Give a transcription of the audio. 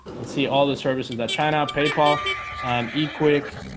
and see all the services that china pay paul ii quick